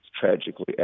tragically